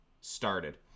started